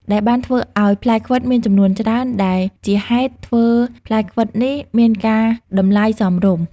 ដែលបានធ្វើឲ្យផ្លែខ្វិតមានចំនួនច្រើន ដែលជាហេតុធ្វើផ្លែខ្វិតនេះមានការតម្លៃ សមរម្យ ។